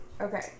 Okay